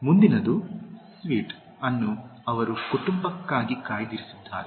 ಮುಂದಿನದು ಸ್ವೀಟ್ ಅನ್ನು ಅವರು ಕುಟುಂಬಕಾಯ್ದಿರಿಸಿದ್ದಾರೆ